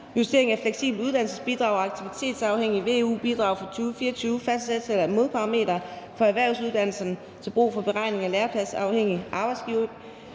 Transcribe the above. (Justering af fleksibelt uddannelsesbidrag og aktivitetsafhængigt veu-bidrag for 2024, fastsættelse af modelparametre for erhvervsuddannelser til brug for beregning af lærepladsafhængigt arbejdsgiverbidrag